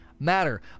matter